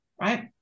right